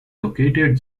located